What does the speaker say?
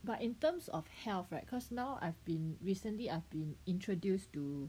but in terms of health right cause now I've been recently I've been introduced to